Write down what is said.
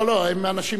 לא לא, הם אנשים